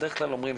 בדרך כלל אומרים,